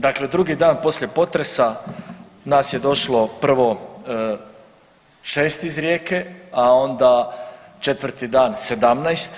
Dakle, drugi dan poslije potresa nas je došlo prvo 6 iz Rijeke, a onda 4. dan 17.